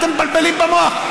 מה אתם מבלבלים במוח?